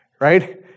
right